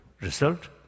Result